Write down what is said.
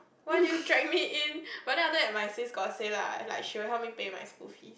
why did you drag me in but then after that my sis got say lah like she will help me pay my school fees